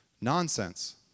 Nonsense